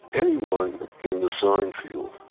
anyone in the sign field,